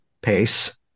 pace